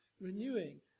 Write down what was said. renewing